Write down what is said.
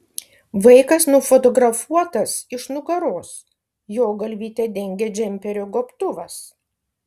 vaikas nufotografuotas iš nugaros jo galvytę dengia džemperio gobtuvas